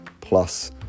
plus